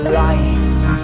life